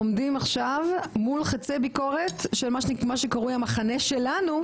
עומדים עכשיו מול חיצי ביקורת של מה שקרוי המחנה שלנו,